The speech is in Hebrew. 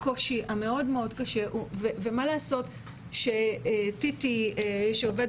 הקושי מאוד קשה - ומה לעשות שטיטי שעובד